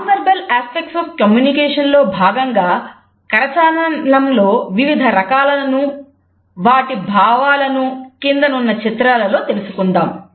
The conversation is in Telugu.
non verbal aspects of communication లో భాగంగా కరచాలనం లో వివిధ రకాలను వాటి భావాలను క్రిందనున్న చిత్రాలలో తెలుసుకుందాం